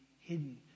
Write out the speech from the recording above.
hidden